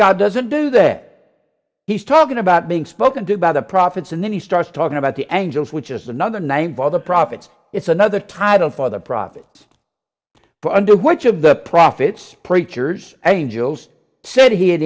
god doesn't do that he's talking about being spoken to by the prophets and then he starts talking about the angles which is another name for the prophets it's another title for the prophet but under which of the profits preachers angels said he had